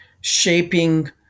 shaping